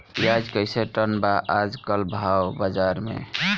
प्याज कइसे टन बा आज कल भाव बाज़ार मे?